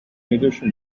addition